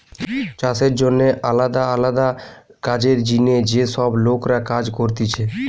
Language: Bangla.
চাষের জন্যে আলদা আলদা কাজের জিনে যে সব লোকরা কাজ করতিছে